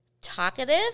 Talkative